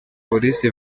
polisi